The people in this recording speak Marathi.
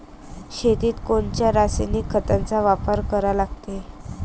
शेतीत कोनच्या रासायनिक खताचा वापर करा लागते?